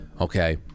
Okay